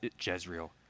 Jezreel